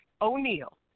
O'Neill